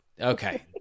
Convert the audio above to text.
Okay